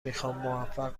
میخوامموفق